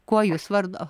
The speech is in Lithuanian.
kuo jūs vardu